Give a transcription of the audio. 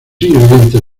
ingredientes